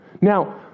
Now